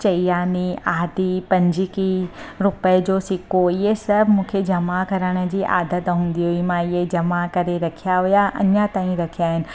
चई आने आदि पंजकी रुपयो जो सिको इहे सभु मूंखे जमा करण जी आदति हूंदी हुई मां इहे जमा करे रखिया हुआ अञा ताईं रखिया आहिनि